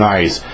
Nice